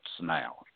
now